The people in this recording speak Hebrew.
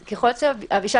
אבישג,